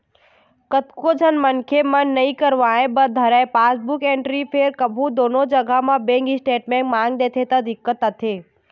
कतको झन मनखे मन नइ करवाय बर धरय पासबुक एंटरी फेर कभू कोनो जघा म बेंक स्टेटमेंट मांग देथे त दिक्कत आथे